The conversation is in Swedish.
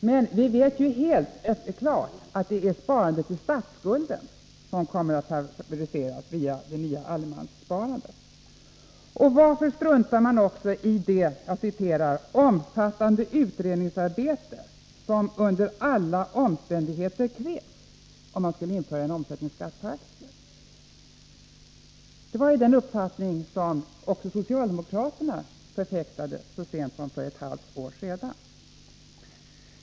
Men vi vet ju helt klart att det är ett sparande till statsskulden som kommer att favoriseras genom det nya allemanssparandet. Och varför struntar man också i det ”omfattande utredningsarbete som under alla omständigheter krävs” om man skulle införa en omsättningsskatt på aktier? Det var ju den uppfattning som också socialdemokraterna förfäktade så sent som för ett halvår sedan.